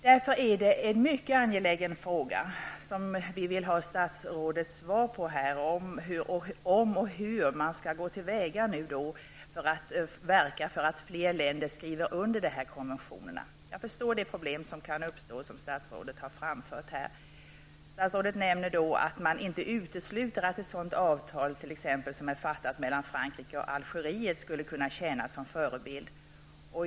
Därför är det en mycket angelägen fråga, som vi vill ha statsrådets svar på, om man skall verka för att fler länder skriver under dessa konventioner och hur man då skall gå till väga. Jag förstår de problem som kan uppstå, som statsrådet här har framfört. Statsrådet nämnde att man inte utesluter att ett sådant avtal som är träffat mellan t.ex. Frankrike och Algeriet skulle kunna tjäna som förebild.